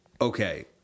Okay